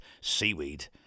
seaweed